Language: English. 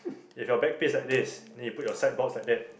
if your back piece like this then you put your side boards like that